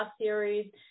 series